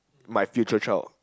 my future child